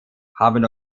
haben